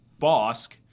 Bosk